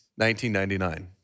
1999